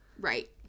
Right